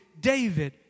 David